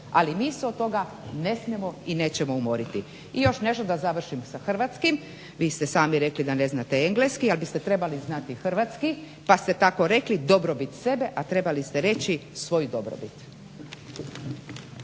ali mi se od toga ne smijemo i nećemo umoriti. I još nešto da završim sa hrvatskim. Vi ste sami rekli da ne znate engleski ali biste trebali znati hrvatski pa ste tako rekli dobrobit sebe, a trebali ste reći svoju dobrobit.